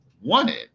wanted